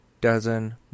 dozen